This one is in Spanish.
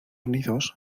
unidos